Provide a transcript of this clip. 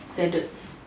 standards